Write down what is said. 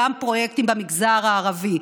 גם פרויקטים במגזר הערבי,